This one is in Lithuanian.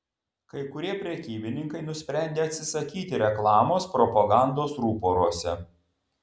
kai kurie prekybininkai nusprendė atsisakyti reklamos propagandos ruporuose